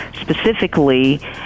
specifically